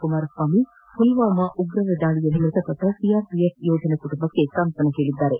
ಕುಮಾರಸ್ವಾಮಿ ಮಲ್ವಾಮಾ ಉಗ್ರರ ದಾಳಿಯಲ್ಲಿ ಮೃತಪಟ್ಟ ಸಿಆರ್ಪಿಎಫ್ ಯೋಧರ ಕುಟುಂಬಕ್ಕೆ ಸ್ವಾಂತನ ಹೇಳಿದ್ದಾರೆ